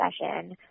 session